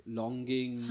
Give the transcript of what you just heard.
longing